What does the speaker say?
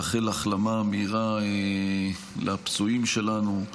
לאחל החלמה מהירה לפצועים שלנו,